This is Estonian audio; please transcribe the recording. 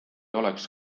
oleks